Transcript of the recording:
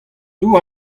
dour